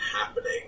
happening